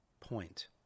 point